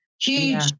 huge